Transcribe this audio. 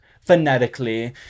phonetically